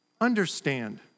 understand